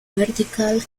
vertical